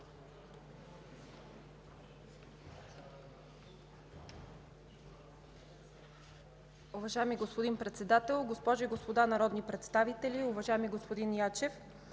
Уважаеми господин Председател, госпожи и господа народни представители, уважаеми господин Ячев!